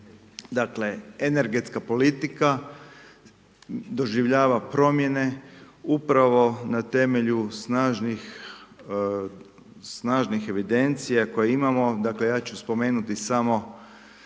Dakle, energetska politika doživljava promjene upravno na temelju snažnih evidencija koje imamo, dakle, ja ću spomenuti samo